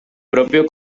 propio